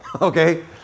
okay